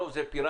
הרוב זה פירטי?